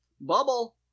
bubble